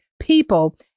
people